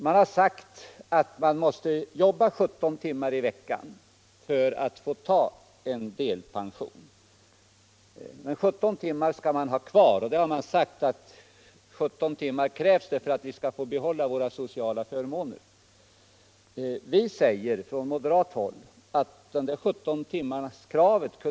Det har sagts att en person måste jobba minst 17 timmar i veckan för att få ta delpension. Denna gräns har man satt för att vederbörande skall få behålla sina sociala förmåner. Vi säger från moderat håll att man kunde slopa 17-timmarskravet.